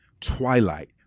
twilight